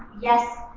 yes